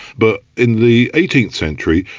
but in the eighteenth century,